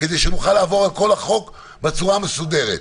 כדי שנוכל לעבור על כל החוק בצורה מסודרת,